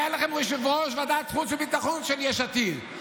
היה לכם יושב-ראש ועדת חוץ וביטחון של יש עתיד.